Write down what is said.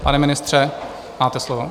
Pane ministře, máte slovo.